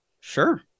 Sure